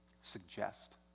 suggest